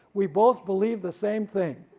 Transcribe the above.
we both believe the same thing.